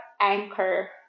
anchor